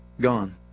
Gone